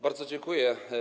Bardzo dziękuję.